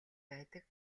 байдаг